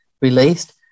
released